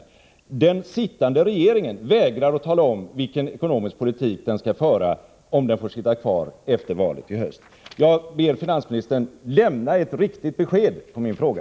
Men den sittande regeringen vägrar att tala om vilken ekonomisk politik den skall föra om den får sitta kvar efter valet i höst. Jag ber finansministern: Lämna ett riktigt besked på min fråga!